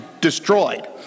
destroyed